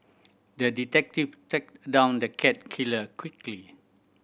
the detective tracked down the cat killer quickly